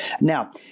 now